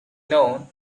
known